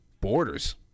Borders